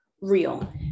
real